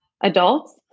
adults